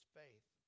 faith